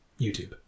YouTube